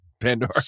Pandora